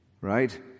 Right